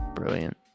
brilliant